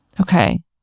Okay